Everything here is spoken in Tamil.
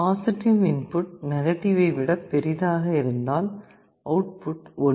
பாசிட்டிவ் இன்புட் நெகட்டிவ் ஐ விட பெரிதாக இருந்தால் அவுட் புட் ஒன்று